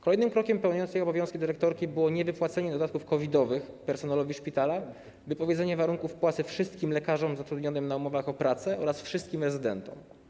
Kolejnym krokiem p.o. dyrektorki było niewypłacenie dodatków COVID-owych personelowi szpitala, wypowiedzenie warunków płacy wszystkim lekarzom zatrudnionym na umowy o pracę oraz wszystkim rezydentom.